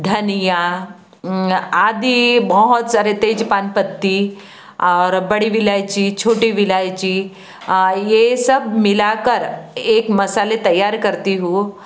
धनिया आदि बहुत सारी तेज पान पत्ती और बड़ी भी इलायची छोटी भी इलायची आह ये सब मिला कर एक मसाले तैयार करती हूँ